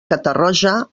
catarroja